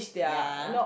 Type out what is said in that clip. ya